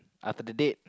after the date